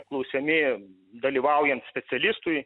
apklausiami dalyvaujant specialistui